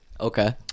Okay